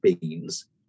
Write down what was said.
beans